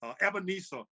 Ebenezer